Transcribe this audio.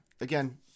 again